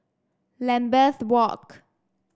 Lambeth Walk